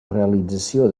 realització